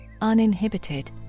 uninhibited